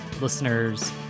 listeners